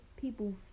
people